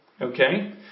Okay